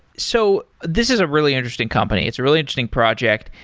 so this is a really interesting company. it's a really interesting project.